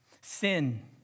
Sin